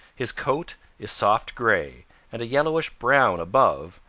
his coat is soft gray and a yellowish-brown above,